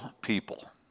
people